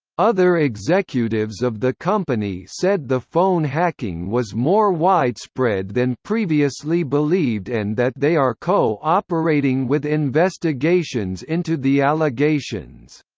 other executives of the company said the phone hacking was more widespread than previously believed and that they are co-operating with investigations into the allegations.